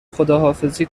خداحافظی